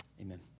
Amen